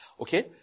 Okay